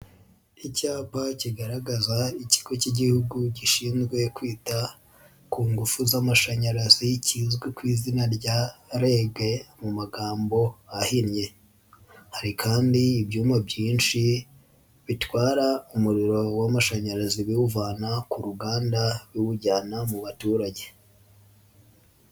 Icyapa kigaragaza ikigo k'Igihugu gishinzwe kwita ku ngufu z'amashanyarazi kizwi ku izina rya REG mu magambo ahinnye, hari kandi ibyuma byinshi bitwara umuriro w'amashanyarazi biwuvana ku ruganda biwujyana mu baturage..